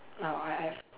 oh I I've